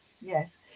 yes